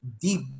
deep